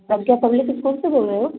आप क्या public school से बोल रहे हो